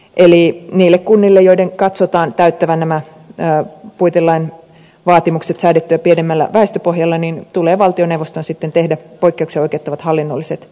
eli niille kunnille joiden katsotaan täyttävän nämä puitelain vaatimukset säädettyä pienemmällä väestöpohjalla tulee valtioneuvoston tehdä poikkeukseen oikeuttavat hallinnolliset päätökset